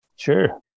Sure